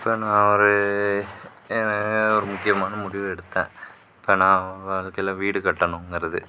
sir நான் ஒரு ஒரு முக்கியமான முடிவு எடுத்தேன் இப்போ நான் வாழ்க்கையில் வீடு கட்டணுங்கிறது